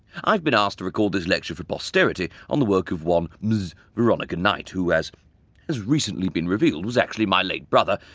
i've been asked to record this lecture for posterity on the work of one ms. veronica knight, who, as has recently been revealed, was actually my late brother,